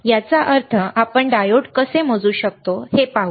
याचा अर्थ आपण डायोड कसे मोजू शकतो ते पाहू